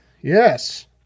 Yes